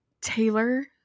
Taylor